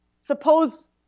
suppose